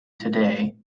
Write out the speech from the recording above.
today